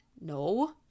No